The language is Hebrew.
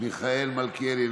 מיכאל מלכיאלי,